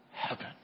heaven